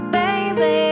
baby